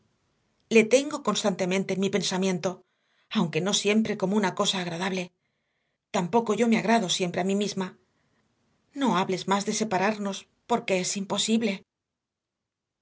le tengo constantemente en mi pensamiento aunque no siempre como una cosa agradable tampoco yo me agrado siempre a mí misma no hables más de separarnos porque es imposible